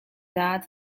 that